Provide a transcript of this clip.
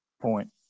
point